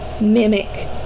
mimic